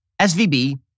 SVB